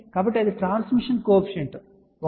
కాబట్టి అది transmission coefficient 1 2